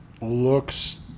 looks